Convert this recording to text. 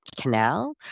Canal